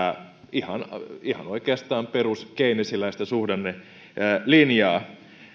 ihan oikeastaan peruskeynesiläistä suhdannelinjaa